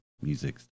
music